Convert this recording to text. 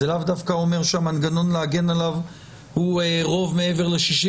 זה לאו דווקא אומר שהמנגנון להגן עליו הוא רוב מעבר ל-61.